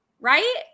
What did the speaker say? right